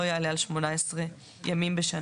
לא יעלה על 18 ימים בשנה".